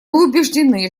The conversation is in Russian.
убеждены